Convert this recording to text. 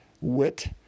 wit